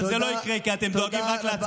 אבל זה לא יקרה, כי אתם דואגים רק לעצמכם.